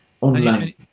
online